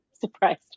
surprised